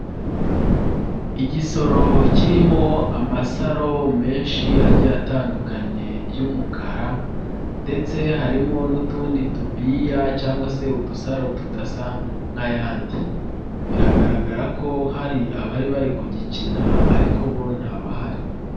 Igisoro kirimo amasaro menshi agiye atandukanye y'umukara ndetse harimo n'utundi tubiya cyangwa se udusaro tudasa nk'ayandi, biragaragara ko hari abari bari kugikina, ariko bo ntabahari.